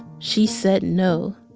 she said no.